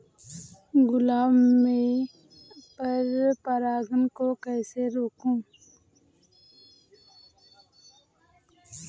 गुलाब में पर परागन को कैसे रोकुं?